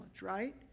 right